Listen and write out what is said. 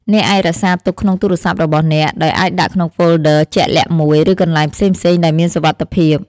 អ្នកអាចរក្សាទុកក្នុងទូរស័ព្ទរបស់អ្នក ដោយអាចដាក់ក្នុងហ្វូលឌឺរជាក់លាក់មួយ ឬកន្លែងផ្សេងៗដែលមានសុវត្ថិភាព។